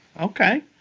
Okay